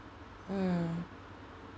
mm